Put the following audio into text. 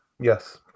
Yes